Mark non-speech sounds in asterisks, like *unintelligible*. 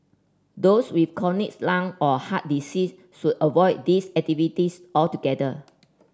those with chronic *unintelligible* lung or heart disease should avoid these activities altogether